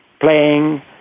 playing